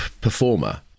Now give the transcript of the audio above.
performer